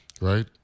right